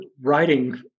writing